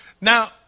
Now